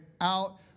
out